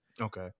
Okay